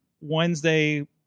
Wednesday